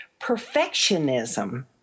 perfectionism